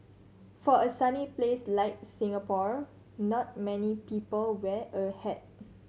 for a sunny place like Singapore not many people wear a hat